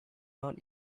not